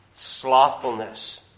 slothfulness